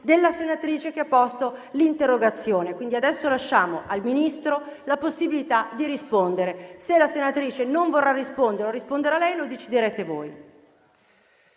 della senatrice che ha posto l'interrogazione. Quindi adesso lasciamo al Ministro la possibilità di rispondere. Se la senatrice non vorrà replicare o invece replicherà lei, lo deciderete voi.